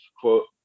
quote